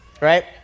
right